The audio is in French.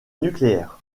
nucléaires